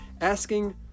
asking